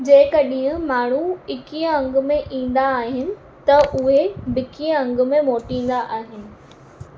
जंहिं कॾहिं माण्हू इकवीह अंग में ईंदा आहिनि त उहे ॿिकीअ अंग में मोटींदा आहिनि